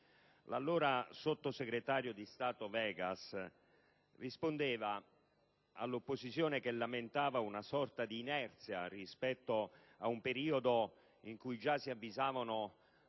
l'allora sottosegretario di Stato Vegas all'opposizione, che lamentava una sorta di inerzia rispetto a un periodo in cui già si avvisavano